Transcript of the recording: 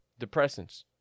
depressants